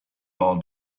all